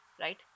right